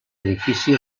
edifici